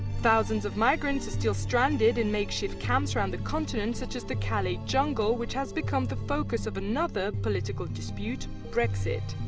thousands of migrants are still stranded in make-shift camps around the continent such as the calais jungle which has become the focus of another another political dispute brexit.